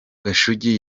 gashugi